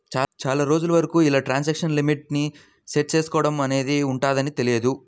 చాలా రోజుల వరకు ఇలా ట్రాన్సాక్షన్ లిమిట్ ని సెట్ చేసుకోడం అనేది ఉంటదని తెలియదు